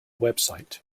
website